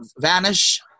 vanish